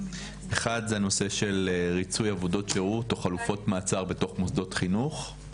אחד הוא הנושא של ריצוי עבודות שירות או חלופות מעצר בתוך מוסדות חינוך.